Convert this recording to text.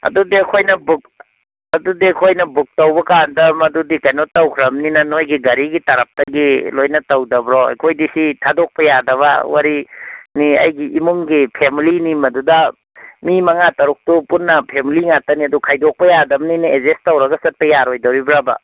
ꯑꯗꯨꯗꯤ ꯑꯩꯈꯣꯏꯅ ꯕꯨꯛ ꯑꯗꯨꯗꯤ ꯑꯩꯈꯣꯏꯅ ꯕꯨꯛ ꯇꯧꯕ ꯀꯥꯟꯗ ꯃꯗꯨꯗꯤ ꯀꯩꯅꯣ ꯇꯧꯈ꯭ꯔꯕꯅꯤ ꯅꯣꯏꯒꯤ ꯒꯥꯔꯤꯒꯤ ꯇꯔꯞꯇꯒꯤ ꯂꯣꯏꯅ ꯇꯧꯗꯕ꯭ꯔꯣ ꯑꯩꯈꯣꯏꯗꯤ ꯁꯤ ꯊꯥꯗꯣꯛꯄ ꯌꯥꯗꯕ ꯋꯥꯔꯤꯅꯤ ꯑꯩꯒꯤ ꯏꯃꯨꯡꯒꯤ ꯐꯦꯃꯂꯤꯅꯤ ꯃꯗꯨꯗ ꯃꯤ ꯃꯉꯥ ꯇꯔꯨꯛꯇꯨ ꯄꯨꯟꯅ ꯐꯦꯃꯤꯂꯤ ꯉꯥꯛꯇꯅꯤ ꯑꯗꯨ ꯈꯥꯏꯗꯣꯛꯄ ꯌꯥꯗꯝꯅꯤꯅ ꯑꯦꯖꯦꯁ ꯇꯧꯔꯒ ꯆꯠꯄ ꯌꯥꯔꯣꯏꯗꯣꯔꯤꯕ꯭ꯔꯥꯕ